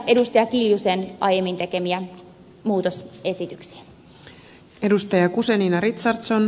anneli kiljusen aiemmin tekemiä muutosesityksiä